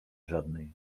żadnej